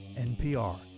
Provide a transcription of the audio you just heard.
npr